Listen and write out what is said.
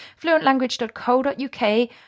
fluentlanguage.co.uk